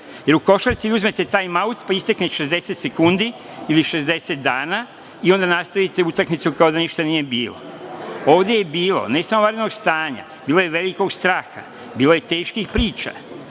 jer u košarci uzmete tajm-aut, pa istekne 60 sekundi ili 60 dana i onda nastavite utakmicu kao da ništa nije bilo. Ovde je bilo, ne samo vanrednog stanja, bilo je velikog straha, bilo je teških priča